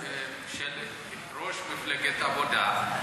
ראש מפלגת העבודה,